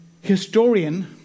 historian